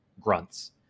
grunts